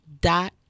dot